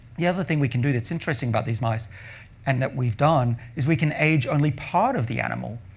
the other thing we can do that's interesting about these mice and that we've done is we can age only part of the animal.